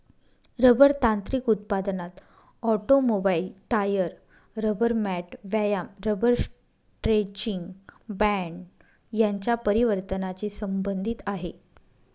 rubber तांत्रिक उत्पादनात automobile, tyre, rubber mat, व्यायाम रबर स्ट्रेचिंग बँड यांच्या परिवर्तनाची संबंधित आहे